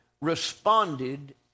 responded